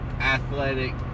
athletic